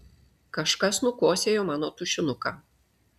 kažkas nukosėjo mano tušinuką